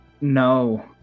No